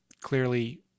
clearly